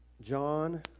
John